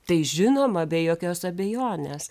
tai žinoma be jokios abejonės